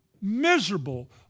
miserable